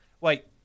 Wait